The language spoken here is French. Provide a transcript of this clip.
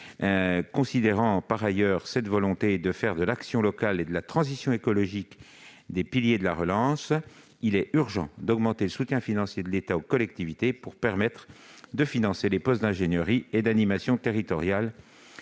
Considérant par ailleurs la volonté du Gouvernement de faire de l'action locale et de la transition écologique des piliers de la relance, il est urgent d'augmenter le soutien financier de l'État aux collectivités pour permettre de financer les postes d'ingénierie et d'animation territoriale